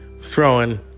throwing